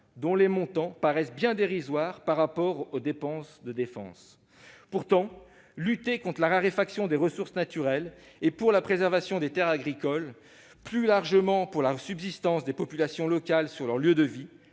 dont les montants paraissent bien dérisoires par rapport aux dépenses de défense. Pourtant, en luttant contre la raréfaction des ressources naturelles, pour la préservation des terres agricoles et, plus largement, pour le maintien des populations locales sur leurs lieux de vie,